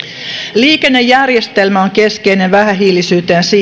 liikennejärjestelmä on keskeinen vähähiilisyyteen